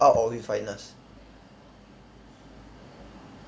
out or with finals